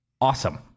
awesome